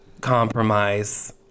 compromise